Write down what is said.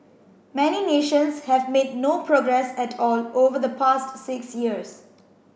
many nations have made no progress at all over the past six years